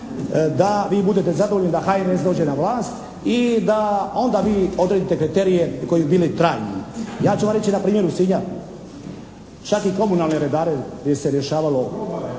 da vi budete zadovoljni da HNS dođe na vlast i da onda vi odredite kriterije koji bi bili trajni. Ja ću vam reći na primjeru Sinja. Čak i komunalne redare gdje se rješavalo